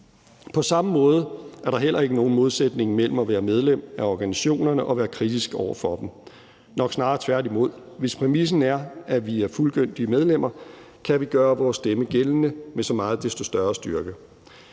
På samme måde er der heller ikke nogen modsætning mellem at være medlem af organisationerne og at være kritisk over for dem – nok snarere tværtimod. Hvis præmissen er, at vi er fuldgyldige medlemmer, kan vi gøre vores stemme gældende med så meget desto større styrke.